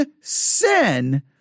sin